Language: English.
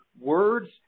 Words